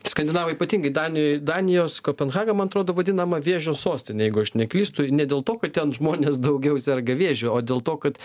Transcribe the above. skandinavai ypatingai danijoj danijos kopenhaga man atrodo vadinama vėžio sostinė jeigu aš neklystu ne dėl to kad ten žmonės daugiau serga vėžiu o dėl to kad